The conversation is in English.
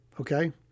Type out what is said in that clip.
okay